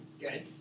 Good